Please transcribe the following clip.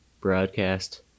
broadcast